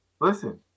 listen